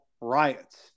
riots